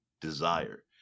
desire